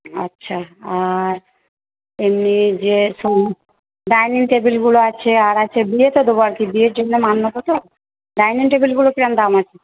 আচ্ছা এমনি যেসব ডাইনিং টেবিলগুলো আছে আর আছে বিয়েতে দেব আর কি বিয়ের জন্য মাল নেব তো ডাইনিং টেবিলগুলো কীরকম দাম আছে